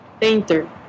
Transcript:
painter